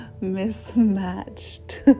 Mismatched